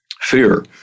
Fear